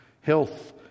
health